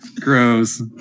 Gross